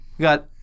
got